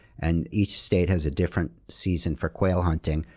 and each state has a different season for quail hunting,